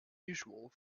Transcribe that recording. usual